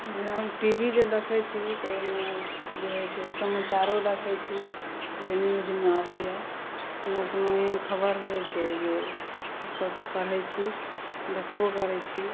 TV जे देखै छी तऽ ओहिमे जे होइत छै समाचारो देखै छी जे न्यूजमे अबैए कोनो कोनो एहन खबर होइत छै जे सभ पढ़ैत छी देखबो करैत छी